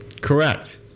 Correct